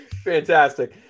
Fantastic